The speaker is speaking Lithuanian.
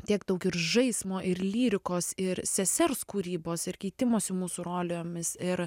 tiek daug ir žaismo ir lyrikos ir sesers kūrybos ir keitimosi mūsų rolėmis ir